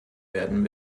werden